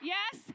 Yes